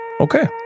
Okay